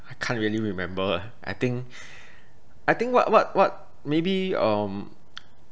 I can't really remember I think I think what what what maybe um